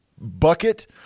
bucket